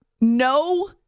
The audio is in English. No